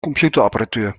computerapparatuur